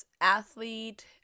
athlete